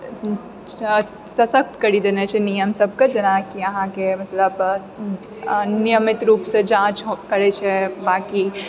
सशक्त करि देने छै नियम सबके जेनाकि अहाँके मतलब नियमित रूपसँ जाँच करै छै बाँकी